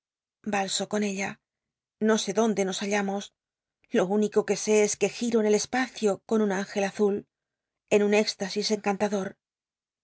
yalso con ella no sé donde nos hallamos lo único que sé rs que giro en el espacio con nn ángel azul en un éxtasis encantador